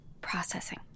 Processing